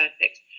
perfect